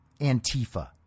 Antifa